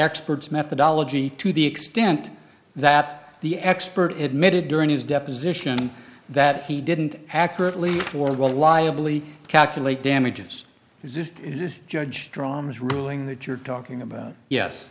experts methodology to the extent that the expert admitted during his deposition that he didn't accurately for what a liability calculate damages is if this judge dramas ruling that you're talking about yes